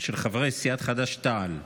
של חברי סיעת חד"ש-תע"ל.